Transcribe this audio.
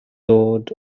dod